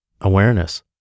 Awareness